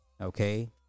okay